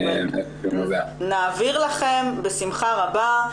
נעביר לכם בשמחה רבה.